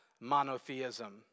monotheism